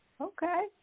okay